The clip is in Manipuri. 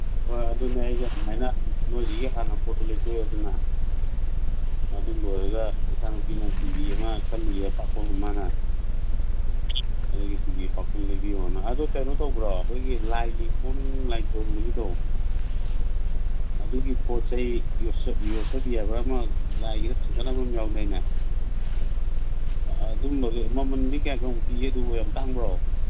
ꯍꯣꯏ ꯑꯗꯨꯅꯦ ꯑꯩꯁꯨ ꯑꯗꯨꯃꯥꯏꯅ ꯅꯣꯏꯗꯒꯤ ꯍꯥꯟꯅ ꯄꯣꯠꯇꯨ ꯂꯩꯊꯣꯛꯑꯦꯗꯅ ꯑꯗꯨ ꯂꯣꯏꯔꯒ ꯏꯆꯥꯅꯨꯄꯤꯅ ꯇꯤ ꯚꯤ ꯑꯃ ꯈꯜꯂꯤ ꯑꯄꯥꯛ ꯑꯃ ꯃꯥꯅ ꯑꯗꯨꯒꯤ ꯇꯤ ꯚꯤ ꯑꯄꯥꯛꯄꯗꯨ ꯂꯩꯕꯤꯌꯣꯅ ꯑꯗꯨ ꯀꯩꯅꯣ ꯇꯧꯕ꯭ꯔꯣ ꯑꯩꯈꯣꯏꯒꯤ ꯂꯥꯏꯒꯤ ꯀꯣꯟ ꯂꯥꯏ ꯈꯣꯏꯔꯝꯕꯒꯤꯗꯣ ꯑꯗꯨꯒꯤ ꯄꯣꯠ ꯆꯩ ꯌꯣꯁꯕꯤ ꯍꯥꯏꯕ꯭ꯔꯥ ꯑꯃ ꯂꯥꯏꯒꯤꯗ ꯊꯥꯡꯒꯠꯅꯕ ꯑꯃ ꯌꯥꯎꯗꯥꯏꯅꯦ ꯃꯃꯟꯗꯤ ꯀꯌꯥ ꯀꯌꯥꯃꯨꯛ ꯄꯤꯒꯦ ꯑꯗꯨꯕꯨ ꯌꯥꯝ ꯇꯥꯡꯕ꯭ꯔꯣ